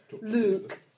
Luke